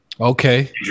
Okay